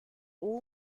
all